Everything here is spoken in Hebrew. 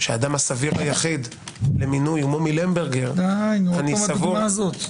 שהאדם הסביר היחיד הוא מומי למברגר- -- עוד פעם הדוגמה הזאת?